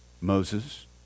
Moses